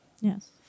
Yes